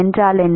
CAs என்ன